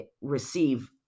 receive